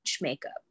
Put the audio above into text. makeup